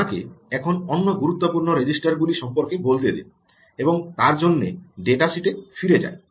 আমাকে এখন অন্য গুরুত্বপূর্ণ রেজিস্টার গুলি সম্পর্কে বলতে দিন এবং তার জন্যে ডেটাসিটটি এ ফিরে যায়